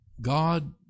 God